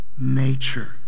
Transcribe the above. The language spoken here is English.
nature